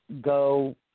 go